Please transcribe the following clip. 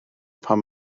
pam